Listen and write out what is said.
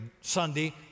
Sunday